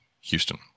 Houston